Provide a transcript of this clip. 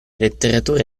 letteratura